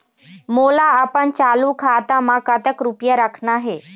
मोला अपन चालू खाता म कतक रूपया रखना हे?